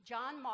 John